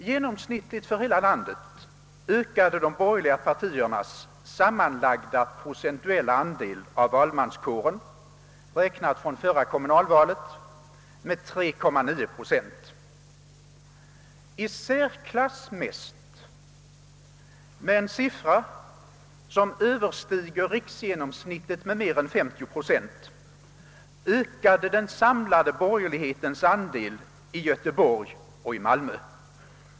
Genomsnittligt för hela landet ökade de borgerliga partiernas sammanlagda procentuella andel av valmanskåren med 3,9 procent, räknat från förra kommunalvalet. I särklass mest — med en siffra som överstiger riksgenomsnittet med mer än 50 procent — ökade den samlade borgerlighetens andel i Göteborg och Malmö.